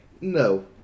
No